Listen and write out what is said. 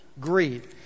Greed